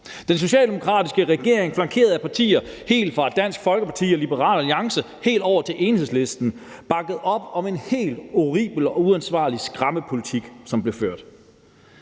Den socialdemokratiske regering blev flankeret af partier lige fra Dansk Folkeparti og Liberal Alliance og helt over til Enhedslisten, der bakkede op om en helt horribel og uansvarlig skræmmepolitik, som blev ført.